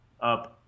up